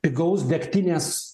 pigaus degtinės